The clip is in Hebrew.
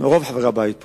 רוב חברי הבית פה,